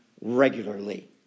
regularly